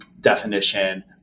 definition